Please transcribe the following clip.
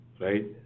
right